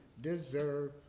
deserve